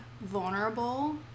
vulnerable